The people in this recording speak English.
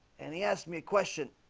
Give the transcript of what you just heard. and he asked me a question